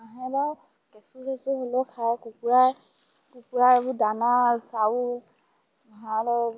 হাঁহে বাৰু কেঁচু চেচু হ'লেও খায় কুকুৰাই কুকুৰাই এইবোৰ দানা চাউল ভঁৰালৰ